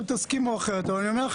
לא,